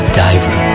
diver